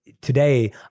today